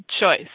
choice